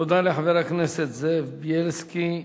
תודה לחבר הכנסת זאב בילסקי.